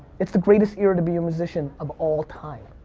it's the greatest era to be a musician of all time.